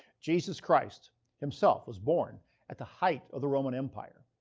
jesus christ himself was born at the height of the roman empire.